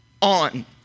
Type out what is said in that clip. on